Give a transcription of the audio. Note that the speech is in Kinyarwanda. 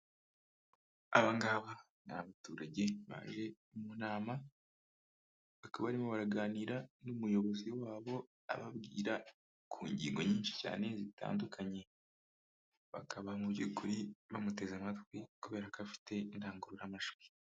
Abangaba ni abaturage baje mu nama, bakaba barimo baraganira n'umuyobozi wabo ababwira ku ngingo nyinshi cyane zitandukanye. Bakaba mu by'ukuri bamuteze amatwi kubera ko afite indangururamajwi.